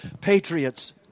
patriots